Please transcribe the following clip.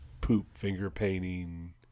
poop-finger-painting